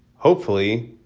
hopefully,